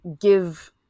give